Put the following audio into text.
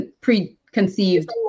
preconceived